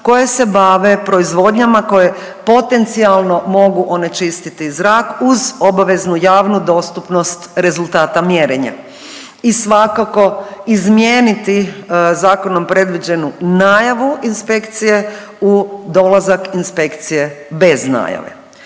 koje se bave proizvodnjama koje potencijalno mogu onečistiti zrak uz obavezu javnu dostupnost rezultata mjerenja i svakako izmijeniti zakonom predviđenu najavu inspekcije u dolazak inspekcije bez najave.